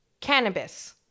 cannabis